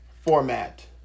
format